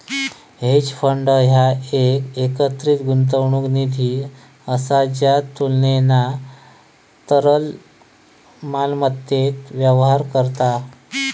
hedge fund ह्या एक एकत्रित गुंतवणूक निधी असा ज्या तुलनेना तरल मालमत्तेत व्यापार करता